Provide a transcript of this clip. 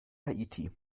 haiti